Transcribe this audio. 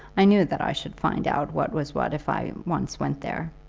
i knew that i should find out what was what if i once went there.